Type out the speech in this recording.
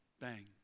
Bang